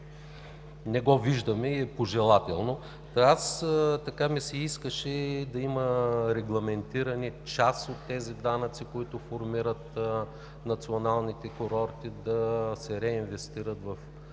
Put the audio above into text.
не го виждаме и е пожелателно. Искаше ми се да има регламентиране – част от тези данъци, които формират националните курорти, да се реинвестират в